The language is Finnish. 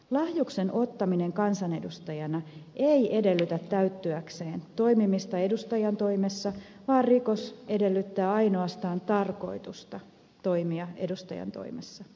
lahjuksen ottaminen kansanedustajana ei edellytä täyttyäkseen toimimista edustajantoimessa vaan rikos edellyttää ainoastaan tarkoitusta toimia edustajantoimessa